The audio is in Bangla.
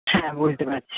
হ্যাঁ বলতে পারছি না